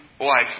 life